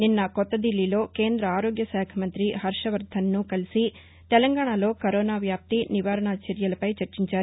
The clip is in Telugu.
నిన్న కొత్త దిబ్లీలో కేంద ఆరోగ్యశాఖ మంత్రి హర్షవర్దన్ను ఆయస కలిసి తెలంగాణలో కరోనా వ్యాప్తి నివారణ చర్యలపై చర్చించారు